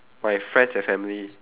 my friends and family